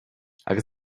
agus